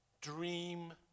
dream